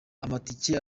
amatike